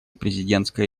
президентской